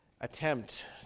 attempt